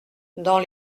dans